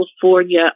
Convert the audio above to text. California